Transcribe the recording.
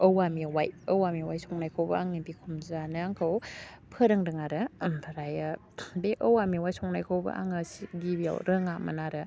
औवा मेवाइ औवा मेवाइ संनायखौबो आंनि बिखुनजोआनो आंखौ फोरोंदों आरो ओमफ्रायो बे औवा मेवाइ संनायखौबो आङो सि गिबियाव रोङामोन आरो